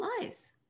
lies